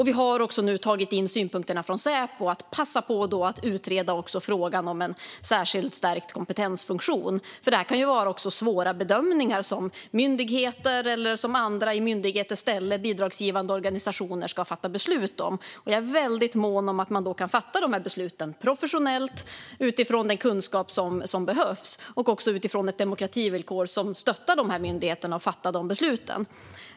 Vi har dessutom tagit in synpunkterna från Säpo om att passa på att även utreda frågan om en särskild stärkt kompetensfunktion; det kan vara fråga om svåra bedömningar när beslut ska fattas av myndigheter eller av bidragsgivande organisationer i myndigheternas ställe. Jag är väldigt mån om att man kan fatta de här besluten professionellt utifrån den kunskap som behövs och utifrån ett demokrativillkor som stöttar myndigheterna när de ska fatta besluten.